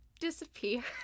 disappear